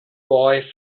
boy